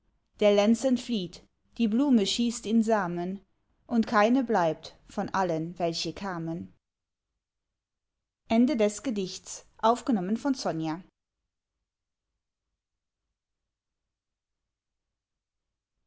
der lenz entflieht die blume schießt in samen und keine bleibt von allen welche kamen